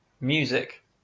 Music